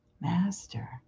Master